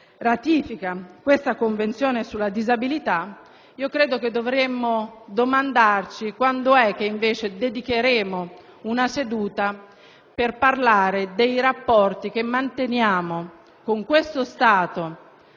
ratifica la Convenzione sulla disabilità. Io credo che dovremmo domandarci quando dedicheremo una seduta al dibattito sui rapporti che manteniamo con questo Stato